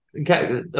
Okay